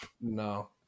No